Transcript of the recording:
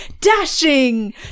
dashing